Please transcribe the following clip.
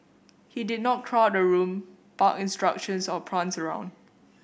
he did not crowd a room bark instructions or prance around